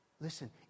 Listen